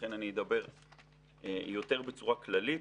לכן אני אדבר יותר בצורה כללית,